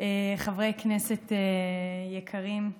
חברי כנסת יקרים,